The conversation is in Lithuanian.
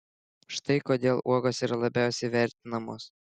štai kodėl uogos yra labiausiai vertinamos